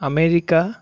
America